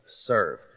Serve